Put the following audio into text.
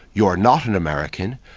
you are not an american,